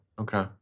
okay